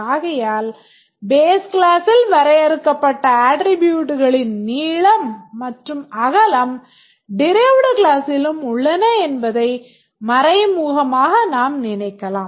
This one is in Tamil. ஆகையால் base கிளாசில் வரையறுக்கப்பட்ட அட்ட்ரிபூட்களின் நீளம் மற்றும் அகலம் derived கிளாஸ்சிலும் உள்ளன என்பதை மறைமுகமாக நாம் நினைக்கலாம்